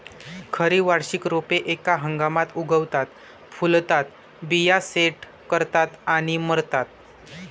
खरी वार्षिक रोपे एका हंगामात उगवतात, फुलतात, बिया सेट करतात आणि मरतात